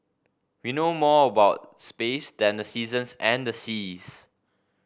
we know more about space than the seasons and the seas